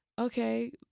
okay